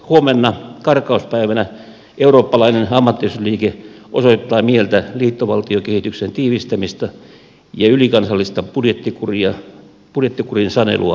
huomenna karkauspäivänä eurooppalainen ammattiyhdistysliike osoittaa mieltä liittovaltiokehityksen tiivistämistä ja ylikansallista budjettikurin sanelua vastaan